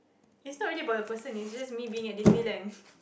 is not really about the person it's just me being at Disneyland